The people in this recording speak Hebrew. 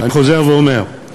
אני חוזר ואומר,